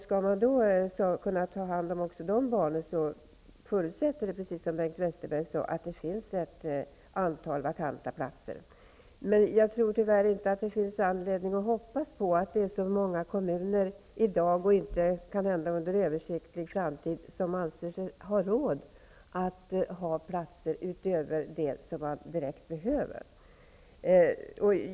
Skall man kunna ta hand om också de barnen förutsätter det, precis som Bengt Westerberg sade, att det finns ett antal vakanta platser. Men jag tror tyvärr inte att det finns anledning att hoppas på att det är så många kommuner som i dag -- och kan hända under överskådlig framtid -- anser sig ha råd att ha platser utöver dem som man direkt behöver.